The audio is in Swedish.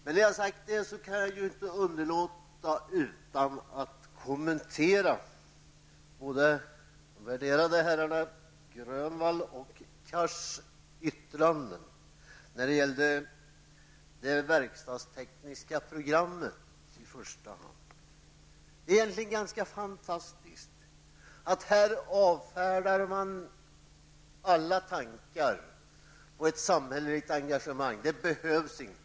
När jag har sagt det kan jag inte underlåta att kommentera de båda värderade herrarna Grönvalls och Cars yttranden när det gäller i första hand det verkstadstekniska programmet. Det är egentligen ganska fantastiskt att de avfärdar alla tankar på ett samhälleligt engagemang. Det behövs inte.